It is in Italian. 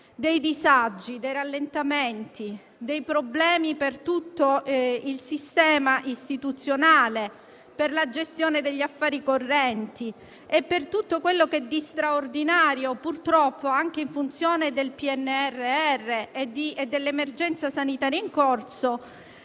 disagi, rallentamenti e problemi per tutto il sistema istituzionale, per la gestione degli affari correnti e per tutto quello che di straordinario, purtroppo anche in funzione del Piano nazionale di ripresa